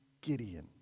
Gideon